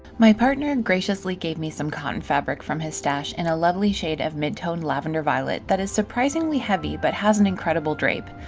my partner graciously gave me some cotton fabric from his stash in a lovely shade of mid-toned lavender violet that is surprisingly heavy but has an incredible drape.